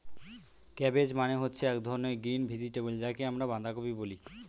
cabbage মানে হচ্ছে এক ধরনের গ্রিন ভেজিটেবল যাকে আমরা বাঁধাকপি বলি